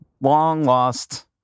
long-lost